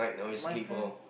my friend